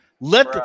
Let